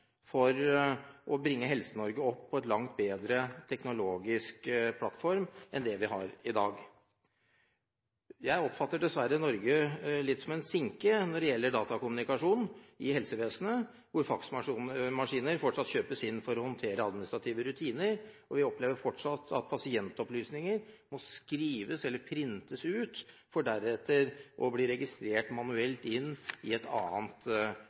for å bringe Helse-Norge opp på en langt bedre teknologisk plattform enn den vi har i dag. Jeg oppfatter dessverre Norge litt som en sinke når det gjelder datakommunikasjon i helsevesenet, hvor faksmaskiner fortsatt kjøpes inn for å håndtere administrative rutiner, og hvor vi fortsatt opplever at pasientopplysninger må skrives ut for deretter å bli registrert manuelt inn i et annet